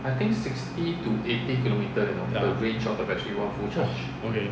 !wah! okay